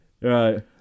right